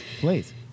please